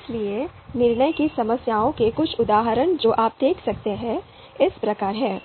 इसलिए निर्णय की समस्याओं के कुछ उदाहरण जो आप देख सकते हैं इस प्रकार हैं